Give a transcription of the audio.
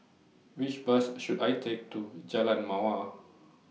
Which Bus should I Take to Jalan Mawar